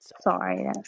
Sorry